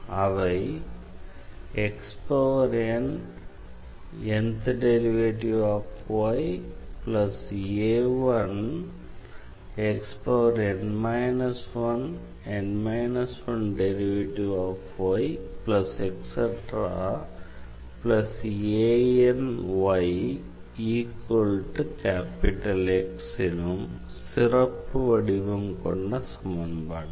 அவை எனும் சிறப்பு வடிவம் கொண்ட சமன்பாடுகள்